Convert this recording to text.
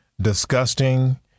disgusting